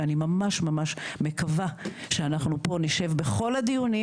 ואני ממש ממש מקווה שאנחנו נשב פה בכל הדיונים